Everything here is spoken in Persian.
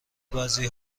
بعضی